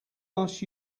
asked